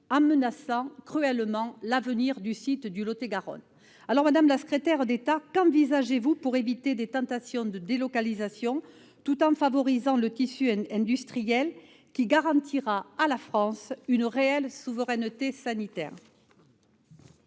en menaçant cruellement l'avenir du site situé dans le Lot-et-Garonne. Madame la secrétaire d'État, qu'envisagez-vous pour éviter des tentations de délocalisation, tout en favorisant le tissu industriel qui garantira à la France une réelle souveraineté sanitaire ?